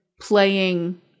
playing